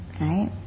Right